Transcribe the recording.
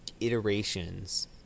iterations